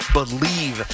believe